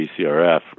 BCRF